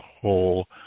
whole